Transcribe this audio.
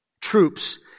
troops